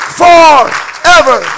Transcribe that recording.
forever